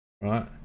right